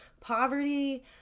poverty